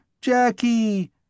Jackie